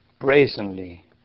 brazenly